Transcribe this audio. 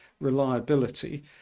reliability